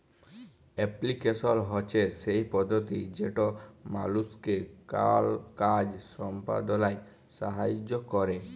application হছে সেই পদ্ধতি যেট মালুসকে কল কাজ সম্পাদলায় সাহাইয্য ক্যরে